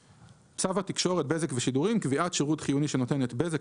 "צו התקשורת (בזק ושידורים) (קביעת שירות חיוני שנותנת "בזק",